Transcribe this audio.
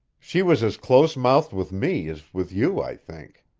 she was as close-mouthed with me as with you, i think.